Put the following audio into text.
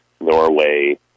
Norway